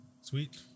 sweet